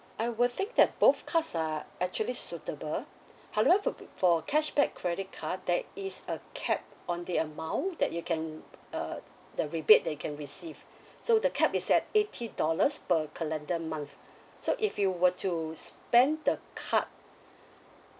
I would think that both cards are actually suitable however for b~ for cashback credit card there is a cap on the amount that you can uh the rebate that you can receive so the cap is at eighty dollars per calendar month so if you were to spend the card